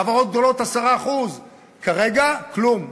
חברות גדולות, 10%. כרגע, כלום.